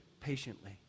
patiently